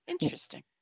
Interesting